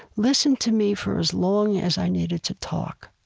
listened to me for as long as i needed to talk.